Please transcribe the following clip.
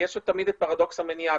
יש תמיד את פרדוקס המניעה,